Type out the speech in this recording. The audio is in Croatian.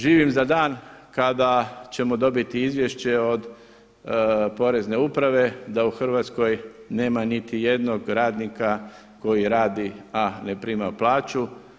Živim za dan kada ćemo dobiti izvješće od Porezne uprave da u Hrvatskoj nema niti jednog radnika koji radi a ne primaju plaću.